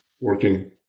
working